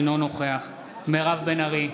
אינו נוכח מירב בן ארי,